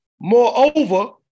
Moreover